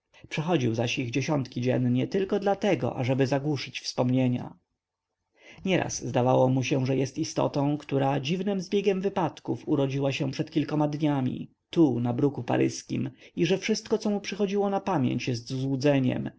zaś ich dziesiątki dziennie dlatego tylko ażeby zagłuszyć wspomnienia nieraz zdawało mu się że jest istotą która dziwnym zbiegiem wypadków urodziła się przed kilkoma dniami tu na bruku paryskim i że wszystko co mu przychodziło na pamięć jest złudzeniem